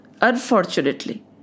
Unfortunately